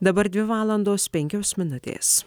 dabar dvi valandos penkios minutės